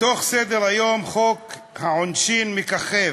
ובתוך סדר-היום חוק העונשין מככב: